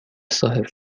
صاحب